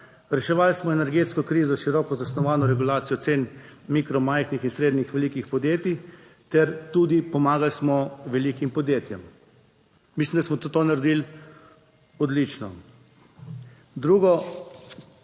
reševali smo energetsko krizo, široko zasnovano regulacijo cen mikro, majhnih in srednje velikih podjetij ter tudi pomagali smo velikim podjetjem. Mislim, da smo tudi to naredili odlično. Drugo